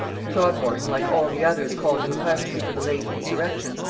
throgmorton, like all the others called in question for the late insurrections,